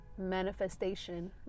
manifestation